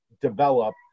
develop